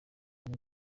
ari